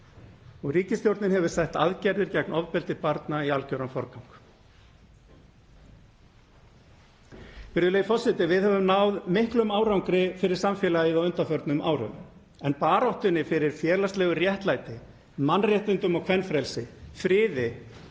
Ríkisstjórnin hefur sett aðgerðir gegn ofbeldi barna í algjöran forgang. Virðulegi forseti. Við höfum náð miklum árangri fyrir samfélagið á undanförnum árum en baráttunni fyrir félagslegu réttlæti, mannréttindum og kvenfrelsi, friði